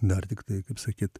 dar tiktai kaip sakyt